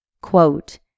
Quote